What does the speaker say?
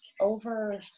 over